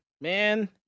man